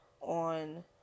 on